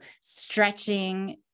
stretching